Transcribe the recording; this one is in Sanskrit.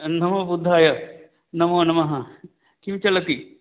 नमो बुद्धाय नमो नमः किं चलति